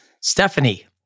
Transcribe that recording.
Stephanie